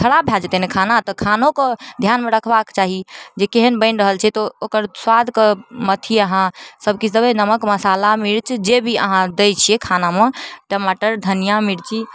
खराब भए जेतय ने खाना तऽ खानोके ध्यानमे रखबाक चाही जे केहन बनि रहल छै तऽ ओ ओकर स्वादके अथी अहाँ सबकिछु देबय नमक मसाला मिर्च जे भी अहाँ दै छियै खानामे टमाटर धनियाँ मिर्ची